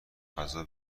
غذا